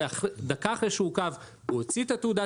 דקה אחרי שהוא עוכב הוא הוציא את תעודת